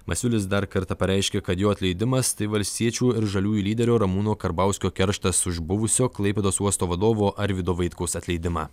masiulis dar kartą pareiškė kad jo atleidimas tai valstiečių ir žaliųjų lyderio ramūno karbauskio kerštas už buvusio klaipėdos uosto vadovo arvydo vaitkaus atleidimą